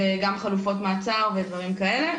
וגם חלופות מעצר ודברים כאלה,